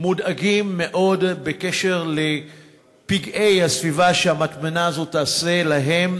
מודאגים מאוד בקשר לפגעי הסביבה שהמטמנה הזאת תעשה להם